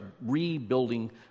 rebuilding